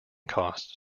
costs